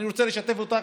אני רוצה לשתף אותך,